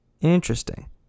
Interesting